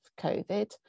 Covid